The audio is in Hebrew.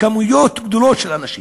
מספרים גדולים של אנשים.